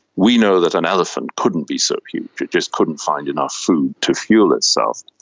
we know that an elephant couldn't be so huge, it just couldn't find enough food to fuel itself.